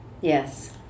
Yes